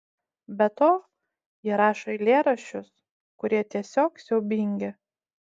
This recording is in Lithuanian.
be to ji rašo eilėraščius kurie tiesiog siaubingi